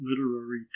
literary